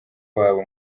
wabo